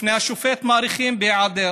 בפני השופט, מאריכים בהיעדרו.